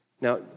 Now